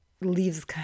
leaves